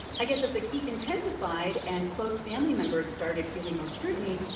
i guess as the heat intensified and close family members started feeling more scrutiny,